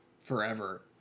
forever